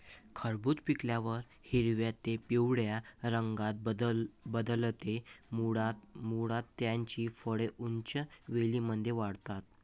खरबूज पिकल्यावर हिरव्या ते पिवळ्या रंगात बदलते, मुळात त्याची फळे उंच वेलींमध्ये वाढतात